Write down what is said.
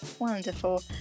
Wonderful